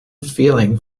feeling